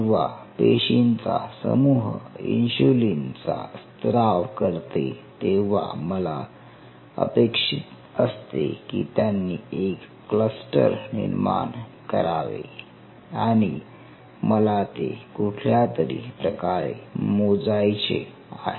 जेव्हा पेशींचा समूह इन्शुलीन चा स्त्राव करते तेव्हा मला अपेक्षित असते की त्यांनी एक क्लस्टर निर्माण करावे आणि मला ते कुठल्यातरी प्रकारे मोजायचे आहे